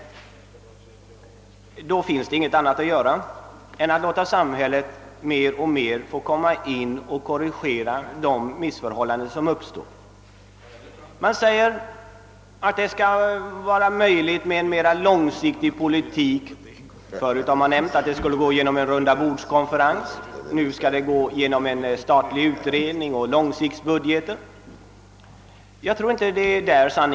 Under sådana förhållanden finns det inget annat att göra än att låta samhället mer och mer träda in och korrigera de missförhållanden som uppstår. Man säger att det skall vara möjligt med en mera långsiktig politik. Förut har man sagt att det skulle kunna ske genom en rundabordskonferens. Nu går man in för en statlig utredning och långsiktsbudget. Jag tror inte det är riktigt.